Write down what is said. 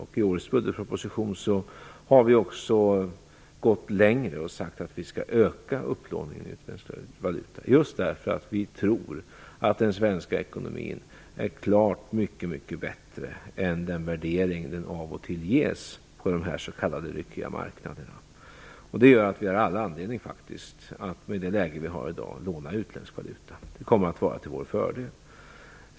I årets budgetproposition har vi gått längre och sagt att vi skall öka upplåningen i utländsk valuta just därför att vi tror att den svenska ekonomin är mycket bättre än den värdering som av och till görs på de s.k. ryckiga marknaderna visar. Det gör att vi i det läge vi i dag är i har all anledning att låna utländsk valuta. Det kommer att vara till vår fördel.